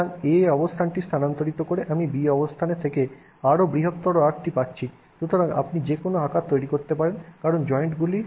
সুতরাং A অবস্থানটি স্থানান্তরিত করে আমি B অবস্থানে থেকে আরও বৃহত্তর আর্কটি পাচ্ছি সুতরাং আপনি যেকোনও আকার তৈরি করতে পারেন কারণ জয়েন্টগুলি সমস্ত নমনীয় জয়েন্ট "joint